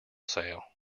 sale